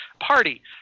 party